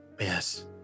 Yes